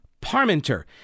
Parmenter